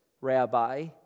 rabbi